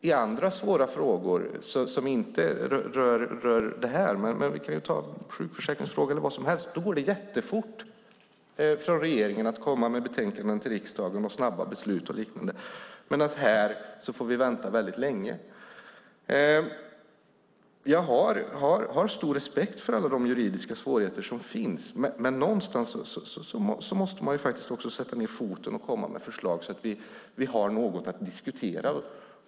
I andra svåra frågor som rör annat, till exempel sjukförsäkringen, går det jättefort för regeringen att komma med betänkanden till riksdagen och snabba beslut. Här får vi dock vänta väldigt länge. Jag har stor respekt för alla de juridiska svårigheter som finns, men någon gång måste man sätta ned foten och komma med förslag så att vi har något att diskutera.